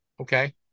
Okay